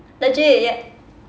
legit ya